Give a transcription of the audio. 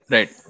Right